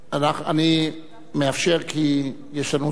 אני מאפשר כי יש לנו זמן.